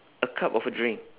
a cup of a drink